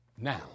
now